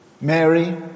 Mary